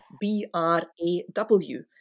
B-R-A-W